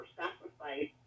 sacrifice